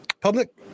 public